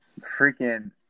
freaking